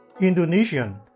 Indonesian